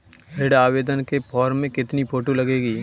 ऋण आवेदन के फॉर्म में कितनी फोटो लगेंगी?